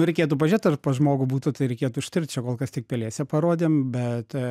reikėtų pažiūrėt ar pas žmogų būtų tai reikėtų ištirt čia kol kas tik pelėse parodėm bet